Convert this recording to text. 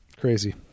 Crazy